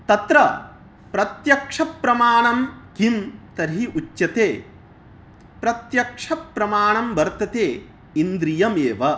तत्र प्रत्यक्षप्रमाणं किं तर्हि उच्यते प्रत्यक्षप्रमाणं वर्तते इन्द्रियमेव